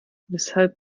weshalb